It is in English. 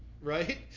right